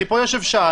אני יושב פה שעה,